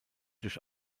durch